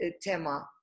tema